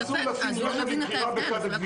אסור לשים רכב למכירה בצד הכביש.